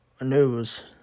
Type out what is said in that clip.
news